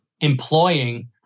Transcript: employing